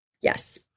Yes